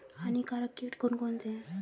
हानिकारक कीट कौन कौन से हैं?